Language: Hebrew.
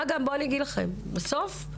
בסוף,